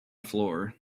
floor